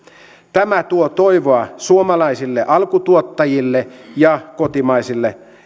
tämä tuo toivoa suomalaisille alkutuottajille ja kotimaiselle